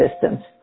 systems